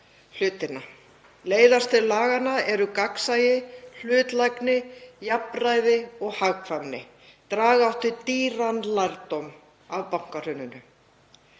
hlutina. Leiðarstef laganna eru gagnsæi, hlutlægni, jafnræði og hagkvæmni. Draga átti dýran lærdóm af bankahruninu.